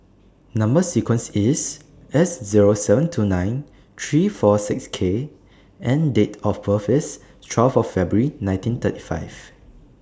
Number sequence IS S Zero seven two nine three four six K and Date of birth IS twelve February nineteen thirty five